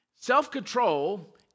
Self-control